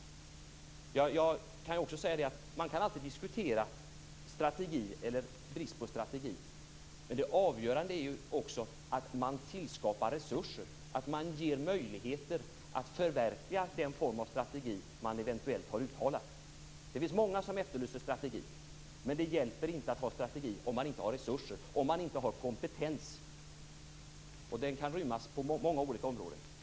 Jag kan också säga att man alltid kan diskutera strategi eller brist på strategi. Det avgörande är att man tillskapar resurser, att man ger möjligheter att förverkliga den form av strategi man eventuellt har uttalat. Det finns många som efterlyser strategi, men det hjälper inte att ha strategi om man inte har resurser, om man inte har kompetens. Den kan rymmas på många olika områden.